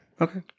Okay